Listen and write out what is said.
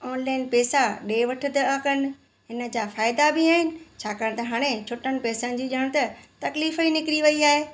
online पेसा ॾे वठि था कनि हिन जा फ़ाइदा बि आहिनि छाकाणि त हाणे छुटनि पेसनि जी ॼाण त तकलीफ़ ई निकिरी वई आहे